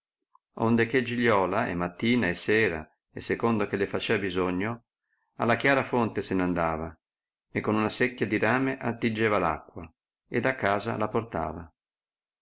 onde che giliola e mattina e sera e secondo che le facea bisogno alla chiara fonte se n'andava e con una secchia di rame attingeva l'acqua ed a casa la portava